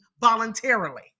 voluntarily